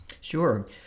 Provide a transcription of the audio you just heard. Sure